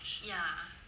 ya